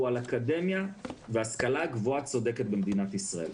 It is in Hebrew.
על אקדמיה והשכלה גבוהה צודקת במדינת ישראל.